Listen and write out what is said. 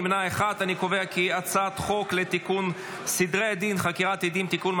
אני קובע כי הצעת חוק לתיקון סדרי הדין (חקירת עדים) (תיקון,